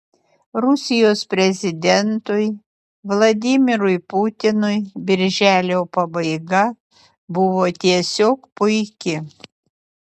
rusijos prezidentui vladimirui putinui birželio pabaiga buvo tiesiog puiki